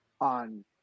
on